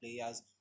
players